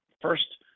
First